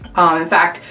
in fact,